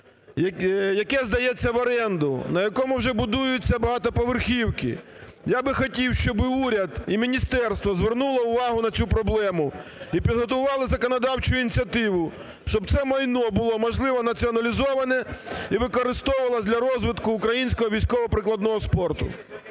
яке здається в оренду, на якому вже будуються багатоповерхівки. Я би хотів, щоб уряд і міністерство звернули увагу на цю проблему і підготували законодавчу ініціативу, щоб це майно було, можливо, націоналізоване і використовувалось для розвитку українського військово-прикладного спорту.